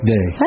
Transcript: Day